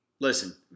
Listen